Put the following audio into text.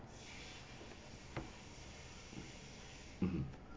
(uh huh)